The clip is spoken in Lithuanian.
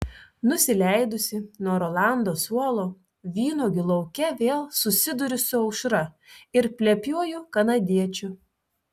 nusileidusi nuo rolando suolo vynuogių lauke vėl susiduriu su aušra ir plepiuoju kanadiečiu